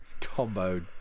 combo